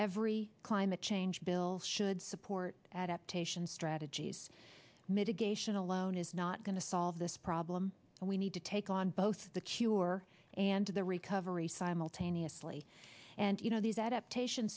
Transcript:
every climate change bill should support adaptation strategies mitigation alone is not going to solve this problem and we need to take on both the cure and the recovery simultaneously and you know these adaptation